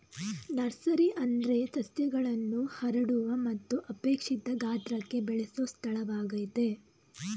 nursery ಅಂದ್ರೆ ಸಸ್ಯಗಳನ್ನು ಹರಡುವ ಮತ್ತು ಅಪೇಕ್ಷಿತ ಗಾತ್ರಕ್ಕೆ ಬೆಳೆಸೊ ಸ್ಥಳವಾಗಯ್ತೆ